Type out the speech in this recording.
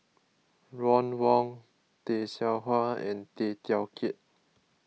Ron Wong Tay Seow Huah and Tay Teow Kiat